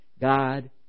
God